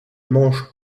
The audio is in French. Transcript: mange